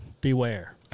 beware